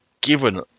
given